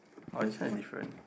oh this one is difference